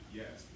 yes